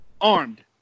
Armed